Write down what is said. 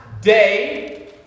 day